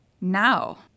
now